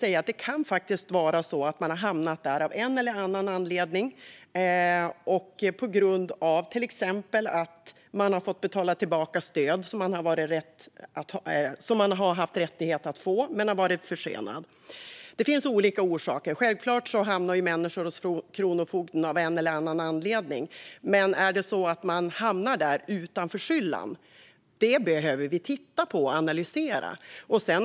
Man kan ha hamnat där av olika anledningar, till exempel på grund av att man har varit tvungen att betala tillbaka stöd som man har haft rätt att få men har varit försenad. Det finns olika orsaker. Självklart hamnar människor hos kronofogden av olika anledningar. Men vi behöver titta på och analysera om någon hamnar där utan egen förskyllan.